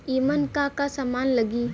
ईमन का का समान लगी?